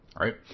right